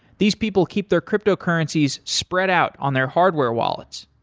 these people keep their cryptocurrencies spread out on their hardware wallets.